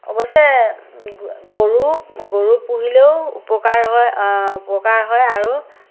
অৱশ্যে গৰু গৰু পুহিলেও উপকাৰ হয় উপকাৰ হয় আৰু